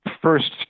first